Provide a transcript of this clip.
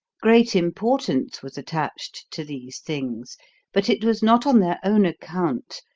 great importance was attached to these things but it was not on their own account,